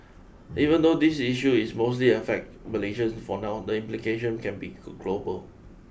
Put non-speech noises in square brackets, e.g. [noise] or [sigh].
even though this issue is mostly affect Malaysians for now the implication can be [noise] global